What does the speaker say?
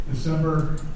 December